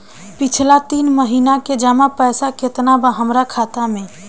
पिछला तीन महीना के जमा पैसा केतना बा हमरा खाता मे?